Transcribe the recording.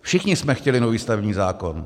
Všichni jsme chtěli nový stavební zákon.